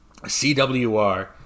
CWR